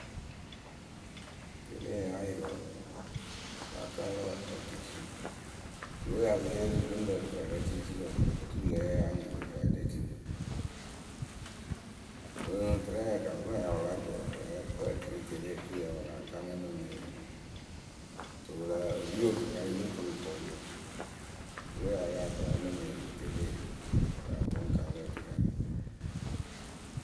Tele ya yɩrɩ wǝǝ, láa kaŋ lǝ otuciyǝ tuwǝ pɨ ya pɨ lée yee rɨ gɨŋrǝ rɨ fɛɛrɛ ciriciri wǝǝ oturu ŋle la ya yɨ láa nyɩŋ wɨ rɨ fɛɛwǝ lǝ wǝǝ le tini wǝ. Mɨŋ tɛrɛ kafɨra ya wɨ lá jɔ rɨ fɛɛrɛ kǝ́ e tini rɨ tele o turu ya wɨ láa kaŋ nɨ nyɨ ŋ mɨ yɩrɩ. Kɨto wɨ lǝ wɨ ri rɨ otukarɨyǝ lo tuu wɨ koonu we wɨ ya wɨ láa jɔ ǝ nyɨ ŋ mɨ yɩrɩ rɨ teleyǝ wɨ lǝ fɨ wɨ ŋ kaŋ lǝ otukarɨyǝ.